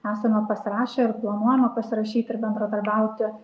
esame pasirašę ir planuojame pasirašyti ir bendradarbiauti